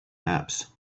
apps